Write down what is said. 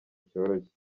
cyoroshye